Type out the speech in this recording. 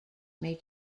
may